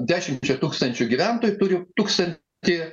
dešimčia tūkstančių gyventojų turi tūkstan ti